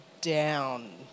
down